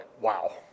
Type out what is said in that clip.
wow